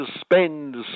spend